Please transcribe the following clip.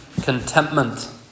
contentment